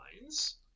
lines